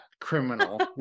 criminal